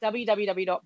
www